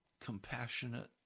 compassionate